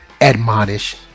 admonish